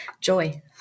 Joy